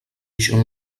ixen